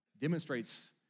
demonstrates